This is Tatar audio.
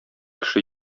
кеше